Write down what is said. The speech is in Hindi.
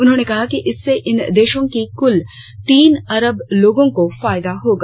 उन्होंने कहा कि इससे इन देशों के कुल तीन अरब लोगों को फायदा होगा